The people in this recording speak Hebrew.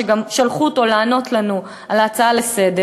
שגם שלחו אותו לענות לנו על ההצעה לסדר,